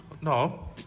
No